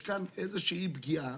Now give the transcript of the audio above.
יש כאן איזושהי פגיעה